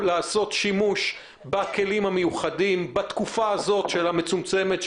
לגבי הנוסח: השירות מתנגד לנוסח של "היוועצות"